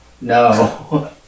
No